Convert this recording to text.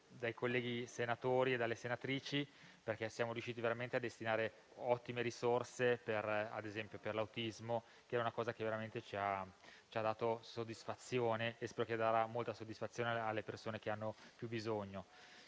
dai colleghi senatori e senatrici perché siamo riusciti veramente a destinare ottime risorse, ad esempio, per l'autismo, la qual cosa ci ha veramente dato soddisfazione, come spero darà molta soddisfazione alle persone che ne hanno più bisogno.